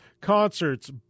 concerts